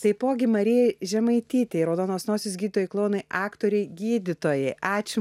taipogi marijai žemaitytei raudonos nosys gydytojai klounai aktorei gydytojai ačiū